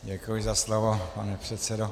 Děkuji za slovo, pane předsedo.